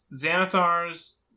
Xanathar's